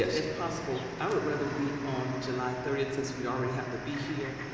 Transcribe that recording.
if possible, i would rather meet on july thirty since we already have to be here,